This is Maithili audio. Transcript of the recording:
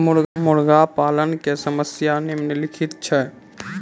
मुर्गा पालन के समस्या निम्नलिखित छै